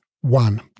one